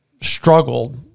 struggled